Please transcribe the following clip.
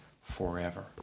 forever